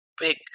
big